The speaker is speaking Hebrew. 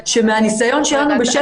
שמהניסיון שלנו בשטח,